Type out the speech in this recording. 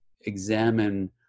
examine